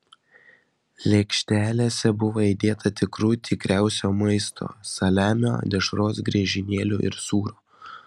lėkštelėse buvo įdėta tikrų tikriausio maisto saliamio dešros griežinėlių ir sūrio